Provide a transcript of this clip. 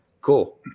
cool